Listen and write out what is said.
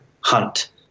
hunt